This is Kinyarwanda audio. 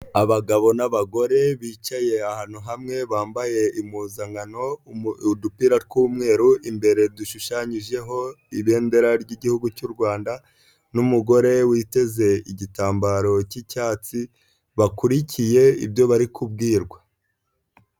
Abagabo n'abagore, bicaye ahantu hamwe, bambaye impuzankano, udupira tw'umweru, imbere dushushanyijeho ibendera ry'Igihugu cy'u Rwanda, n'umugore witeze igitambaro cy'icyatsi, bakurikiye ibyo bari kubwirwa.